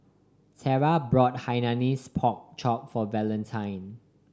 Tera brought Hainanese Pork Chop for Valentine